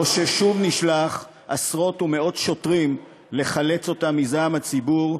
או ששוב נשלח עשרות ומאות שוטרים לחלץ אותם מזעם הציבור,